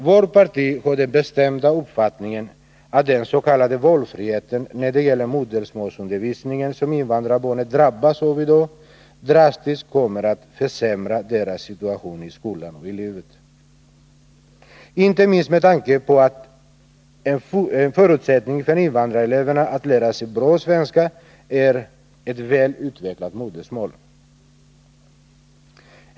Vårt parti har den bestämda uppfattningen att den s.k. valfrihet när det gäller modersmålsundervisningen som invandrarbarnen drabbas av i dag, drastiskt kommer att försämra deras situation i skolan och i livet — inte minst med tanke på att en förutsättning för invandrareleverna att lära sig bra svenska är ett väl utvecklat modersmål.